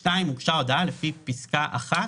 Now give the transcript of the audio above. (2) הוגשה הודעה לפי פסקה (1),